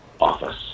office